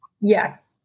Yes